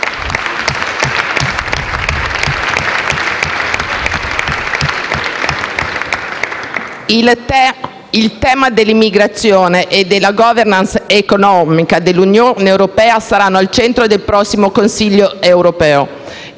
Il tema dell'immigrazione e della *governance* economica dell'Unione europea saranno al centro del prossimo Consiglio europeo.